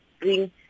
bring